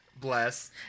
Bless